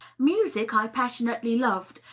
music i passionately loved,